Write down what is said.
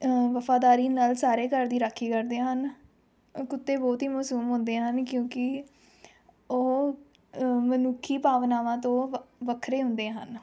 ਵਫ਼ਾਦਾਰੀ ਨਾਲ ਸਾਰੇ ਘਰ ਦੀ ਰਾਖੀ ਕਰਦੇ ਹਨ ਕੁੱਤੇ ਬਹੁਤ ਹੀ ਮਾਸੂਮ ਹੁੰਦੇ ਹਨ ਕਿਉਂਕਿ ਉਹ ਮਨੁੱਖੀ ਭਾਵਨਾਵਾਂ ਤੋਂ ਵ ਵੱਖਰੇ ਹੁੰਦੇ ਹਨ